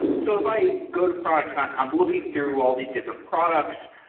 so if i go to product hunt, i'm looking through all these different products.